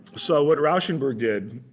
so what rauschenberg did,